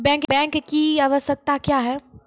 Bank की आवश्यकता क्या हैं?